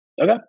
Okay